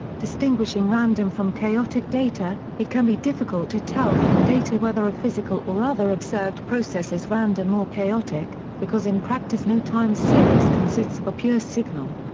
distinguishing random from chaotic data it can be difficult to tell from data whether a physical or other observed process is random or chaotic, because in practice no time series consists of a pure signal.